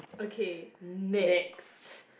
okay next